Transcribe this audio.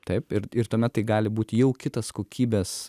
taip ir ir tuomet tai gali būti jau kitas kokybės